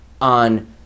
on